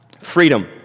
freedom